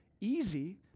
easy